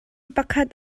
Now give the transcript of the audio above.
pakhat